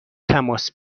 تماس